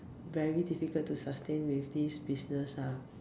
very difficult to sustain with this business lah